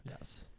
Yes